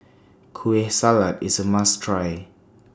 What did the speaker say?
Kueh Salat IS A must Try